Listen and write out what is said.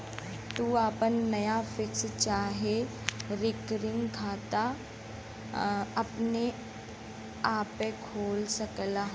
तू आपन नया फिक्स चाहे रिकरिंग खाता अपने आपे खोल सकला